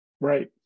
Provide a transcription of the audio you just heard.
right